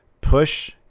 push